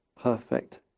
perfect